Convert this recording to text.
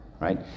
right